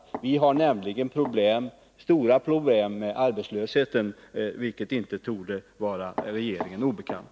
Vi har nämligen stora problem med arbetslösheten, vilket inte torde vara regeringen obekant.